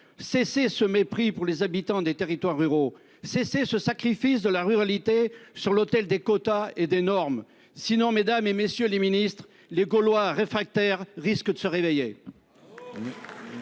Cessez ce mépris pour les habitants des territoires ruraux, cessez ce sacrifice de la ruralité sur l'autel des quotas et des normes ! Sinon, mesdames, messieurs les ministres, les « Gaulois réfractaires » risquent de se réveiller